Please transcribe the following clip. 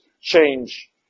change